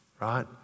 Right